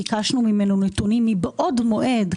ביקשנו ממנו נתונים מבעוד מועד,